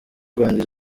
rwanda